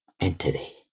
entity